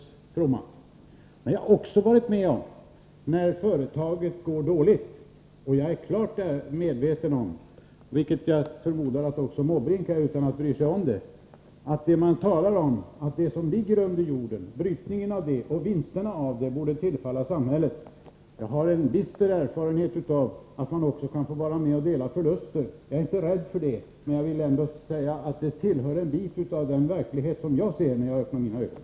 Jag har emellertid också varit med om att detta företag gått dåligt. Det har gjort mig klart medveten om -— vilket jag förmodar att också Bertil Måbrink är utan att bry sig om det — att det talas om att brytningen och vinsterna av det som ligger under jorden bör tillfalla samhället. Jag har även viss erfarenhet av att man också kan få vara med om att dela förluster — det är jag inte rädd för. Det tillhör en del av den verklighet som jag ser när jag öppnar mina ögon.